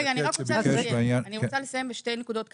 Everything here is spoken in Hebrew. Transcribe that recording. אני רוצה לסיים את דבריי בשתי נקודות קטנות.